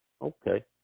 Okay